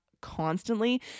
constantly